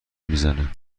میزنه